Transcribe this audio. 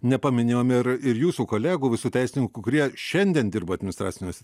nepaminėjom ir ir jūsų kolegų visų teisininkų kurie šiandien dirba administraciniuose